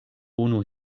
unu